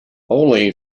only